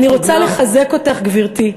אני רוצה לחזק אותך, גברתי,